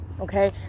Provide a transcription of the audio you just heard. okay